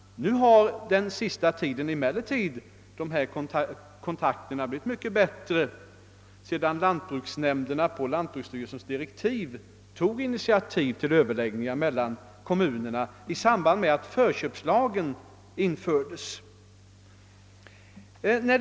Under den senaste tiden har emellertid läget i detta avseende blivit mycket bättre sedan lantbruksnämnderna på lantbruksstyrelsens direktiv tagit upp överläggningar med kommunerna i samband med införandet av förköpslagen.